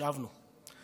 שבנו.